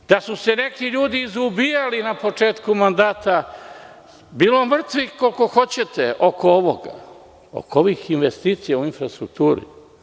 Mi znamo da su se neki ljudi izubijali na početku mandata, bilo je mrtvih koliko hoćete oko ovoga, oko ovih investicija u infrastrukturi.